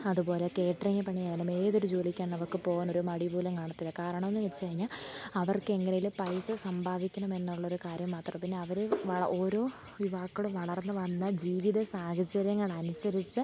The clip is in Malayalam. അതു പോലെ കാറ്ററിംഗ് പണി ആണ് ഏതൊരു ജോലിക്കാണവർക്ക് പോകാനൊരു മടി പോലും കാണത്തില്ല കാരണമെന്നു വെച്ചു കഴിഞ്ഞാൽ അവർക്കെങ്ങനെയെങ്കിലും പൈസ സമ്പാദിക്കണം എന്നുള്ളൊരു കാര്യം മാത്രം പിന്നെ അവർ ഓരോ യുവാക്കളും വളർന്നു വന്ന ജീവിത സാഹചര്യങ്ങളനുസരിച്ച്